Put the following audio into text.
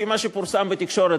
לפי מה שפורסם בתקשורת,